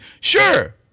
Sure